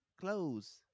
clothes